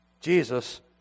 Jesus